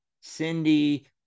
Cindy